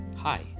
Hi